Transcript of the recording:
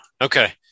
Okay